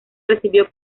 recibió